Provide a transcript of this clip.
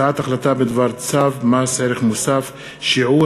הצעת החלטה בדבר צו מס ערך מוסף (שיעור